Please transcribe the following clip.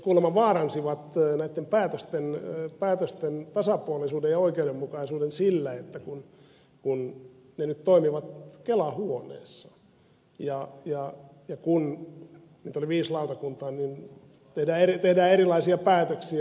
ne kuulemma vaaransivat näitten päätösten tasapuolisuuden ja oikeudenmukaisuuden sillä että kun ne nyt toimivat kela huoneessa ja kun niitä oli viisi lautakuntaa tehdään erilaisia päätöksiä